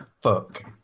fuck